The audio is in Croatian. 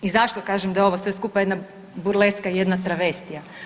I zašto kažem da je ovo sve skupa jedna burleska i jedna travestija?